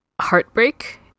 heartbreak